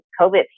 COVID